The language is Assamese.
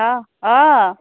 অঁ অঁ